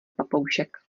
papoušek